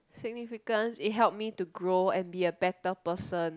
significant it help me to grow and be a better person